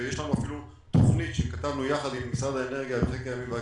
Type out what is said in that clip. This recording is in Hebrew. ויש לנו אפילו תוכנית שכתבנו יחד עם משרד האנרגיה על חקר ימים ואגמים,